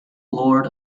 lord